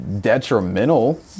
detrimental